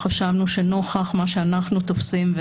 חשבנו שנוכח מה שאנחנו תופסים,